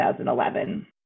2011